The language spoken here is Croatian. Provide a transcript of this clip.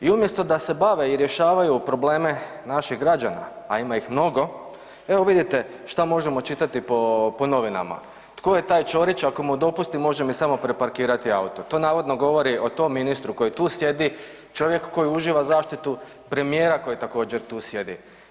I umjesto da se bave i rješavaju probleme naših građana, a ima ih mnogo, evo vidite šta možemo čitati po, po novinama, Tko je taj Ćorić ako mu dopustim može mi samo preparkirati auto, to navodno govori o tom ministru koji tu sjedi, čovjek koji uživa zaštitu premijera koji također tu sjedi.